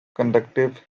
conductive